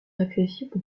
accessibles